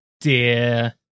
dear